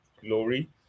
glory